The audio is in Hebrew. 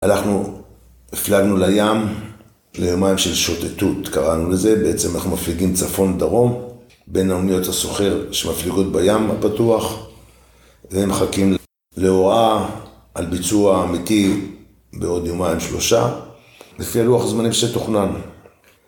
הלכנו, הפלגנו לים, לימיים של שוטטות קראנו לזה, בעצם אנחנו מפליגים צפון-דרום, בין האומיות הסוחר שמפליגות בים הפתוח, ומחכים להוראה על ביצוע אמיתי בעוד יומיים שלושה לפי הלוח זמנים שתוכנן.